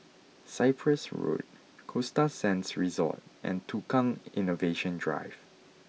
Cyprus Road Costa Sands Resort and Tukang Innovation Drive